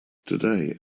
today